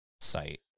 site